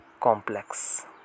complex